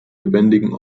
lebendigen